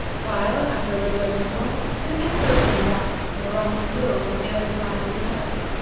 while, after a little interval, an echo came back from the rocky hill on the other side of the valley.